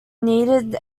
needed